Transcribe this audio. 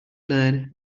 learn